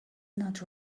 not